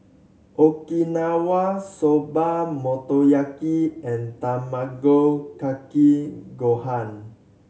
Okinawa Soba Motoyaki and Tamago Kake Gohan